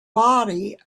body